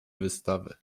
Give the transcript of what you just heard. wystawy